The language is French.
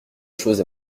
choses